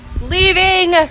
Leaving